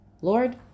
Lord